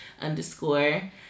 Underscore